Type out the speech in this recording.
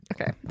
Okay